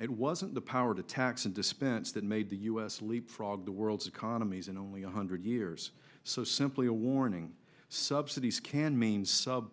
it wasn't the power to tax and dispense that made the u s leapfrog the world's economies in only one hundred years so simply a warning subsidies can mean sub